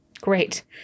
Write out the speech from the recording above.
Great